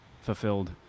fulfilled